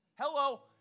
Hello